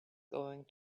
going